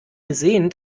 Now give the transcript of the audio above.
gesehen